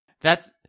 That's-